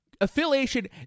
affiliation